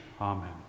Amen